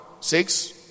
six